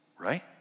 Right